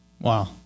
Wow